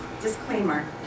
disclaimer